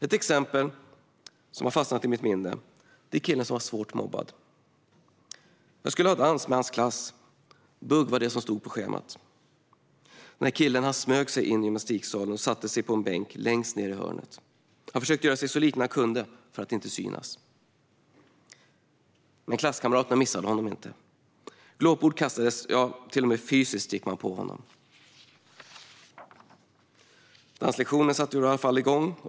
Ett exempel som har fastnat i mitt minne är killen som var svårt mobbad. Jag skulle ha dans med hans klass. Det var bugg som stod på schemat. Den här killen smög in i gymnastiksalen och satte sig på en bänk längst ned i hörnet. Han försökte göra sig så liten han kunde för att inte synas. Men klasskamraterna missade honom inte. Glåpord kastades. Man gick till och med på honom fysiskt. Danslektionen satte i alla fall igång.